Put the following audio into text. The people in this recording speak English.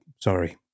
Sorry